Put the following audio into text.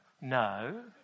No